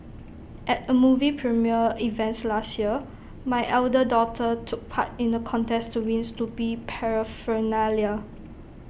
at A movie premiere event last year my elder daughter took part in the contest to wins Snoopy Paraphernalia